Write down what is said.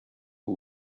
who